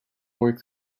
more